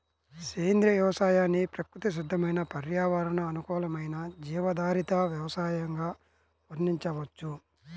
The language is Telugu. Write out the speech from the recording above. సేంద్రియ వ్యవసాయాన్ని ప్రకృతి సిద్దమైన పర్యావరణ అనుకూలమైన జీవాధారిత వ్యవసయంగా వర్ణించవచ్చు